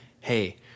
hey